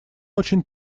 очень